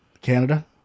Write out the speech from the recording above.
Canada